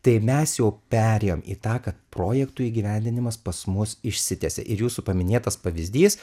tai mes jau perėjom į tą kad projektų įgyvendinimas pas mus išsitęsia ir jūsų paminėtas pavyzdys